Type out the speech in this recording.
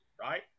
Right